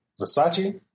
Versace